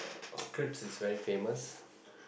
crepes is very famous